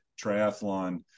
triathlon